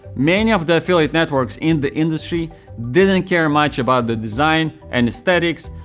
many of the affiliate networks in the industry didn't care much about the design and aesthetics,